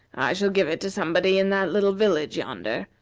i shall give it to somebody in that little village yonder.